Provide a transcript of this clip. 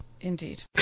Indeed